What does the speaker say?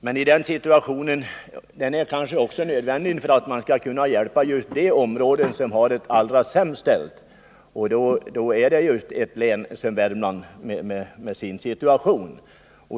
Men den är också nödvändig för att man skall kunna hjälpa de områden som har det allra sämst ställt, och det gäller just ett län som Värmland, med dess situation.